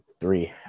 three